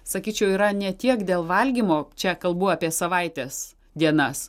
sakyčiau yra ne tiek dėl valgymo čia kalbu apie savaitės dienas